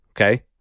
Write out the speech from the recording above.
Okay